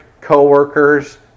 co-workers